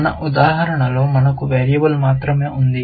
మన ఉదాహరణలో మనకు వేరియబుల్ మాత్రమే ఉంది